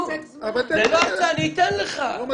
--- הבהרת טוב את